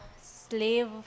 slave